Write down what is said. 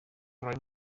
rhoi